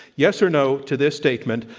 yes or no to this statement,